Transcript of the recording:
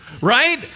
right